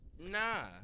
nah